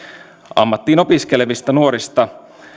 ammattiin opiskelevista nuorista